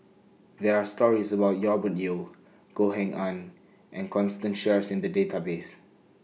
There Are stories about Robert Yeo Goh Eng Han and Constance Sheares in The Database